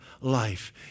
life